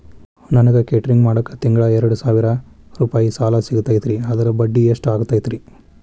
ನನಗ ಕೇಟರಿಂಗ್ ಮಾಡಾಕ್ ತಿಂಗಳಾ ಎರಡು ಸಾವಿರ ರೂಪಾಯಿ ಸಾಲ ಬೇಕಾಗೈತರಿ ಅದರ ಬಡ್ಡಿ ಎಷ್ಟ ಆಗತೈತ್ರಿ?